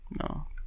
No